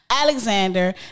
Alexander